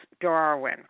Darwin